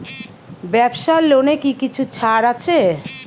ব্যাবসার লোনে কি কিছু ছাড় আছে?